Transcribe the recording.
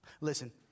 Listen